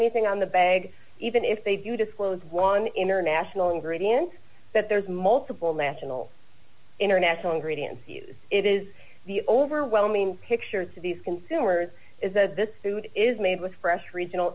anything on the bag even if they do disclose one international ingredient that there's multiple national international ingredients it is the overwhelming pictures of these consumers is that this food is made with fresh regional